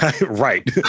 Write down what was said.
Right